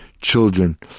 children